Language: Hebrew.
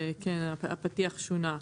הפתיח שונה.